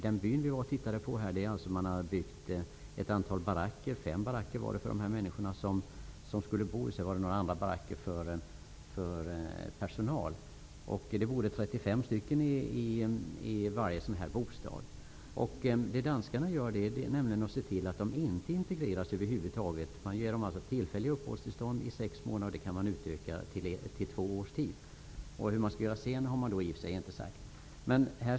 Den by som vi besökte hade fem bostadsbaracker för flyktingarna och några baracker för personalen. Det bodde 35 personer i varje bostadsbarack. Danskarna ser till att flyktingarna inte integreras över huvud taget. De ges tillfälliga uppehållstillstånd i sex månader, som kan utökas till två år. Hur de skall göra därefter har de inte talat om.